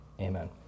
amen